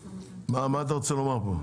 מה אתה רוצה לומר פה?